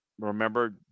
Remember